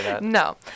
No